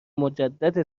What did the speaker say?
مجدد